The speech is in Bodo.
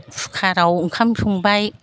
कुकाराव ओंखाम संबाय